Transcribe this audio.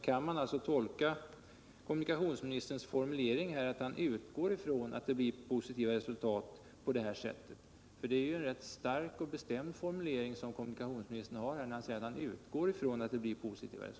Kan man tolka kommunikationsministerns formulering här — att han utgår från att det blir ett positivt resultat — på det sättet? Det är ju en ganska stark och bestämd formulering som kommunikationsministern använder.